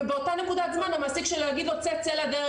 ובאותה נקודת זמן המעסיק שלו יגיד לו צא לדרך,